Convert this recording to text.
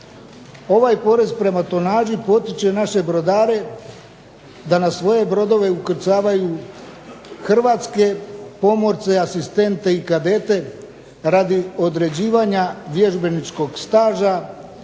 ovaj porez prema tonaži potiče naše brodare da na svoje brodove ukrcavaju hrvatske pomorce, asistente i kadete radi određivanja vježbeničkog staža